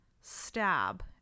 stab